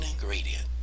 ingredient